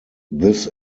this